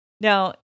Now